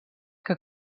que